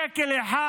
שקל אחד